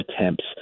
attempts